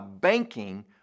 banking